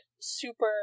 super